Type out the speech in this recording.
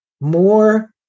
more